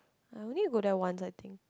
I only go there once I think